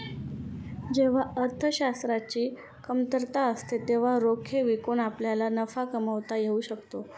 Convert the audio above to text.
जेव्हा अर्थशास्त्राची कमतरता असते तेव्हा रोखे विकून आपल्याला नफा कमावता येऊ शकतो